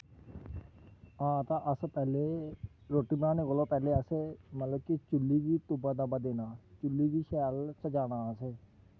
हां तां अस पैह्लें रोटी बनाने कोला पैह्लें अस मतलब कि चु'ल्ली गी तुआ ताह् देना चु'ल्ली गी शैल सजाना असें